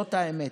זאת האמת.